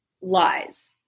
lies